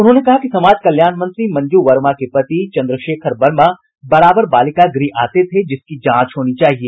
उन्होंने कहा कि समाज कल्याण मंत्री मंजू वर्मा के पति चन्द्रशेखर वर्मा बराबर बालिका गृह आते थे जिसकी जांच होनी चाहिए